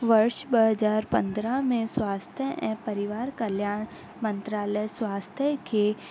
वर्ष ॿ हज़ार पंद्रहं में स्वास्थ्य ऐं परिवार कल्याण मंत्रालय स्वास्थ्य खे